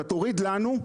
אתה תוריד לנו,